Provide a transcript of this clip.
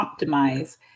optimize